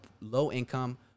low-income